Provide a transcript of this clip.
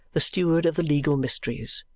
the steward of the legal mysteries,